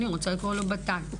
אני רוצה לקרוא לו בט"ל.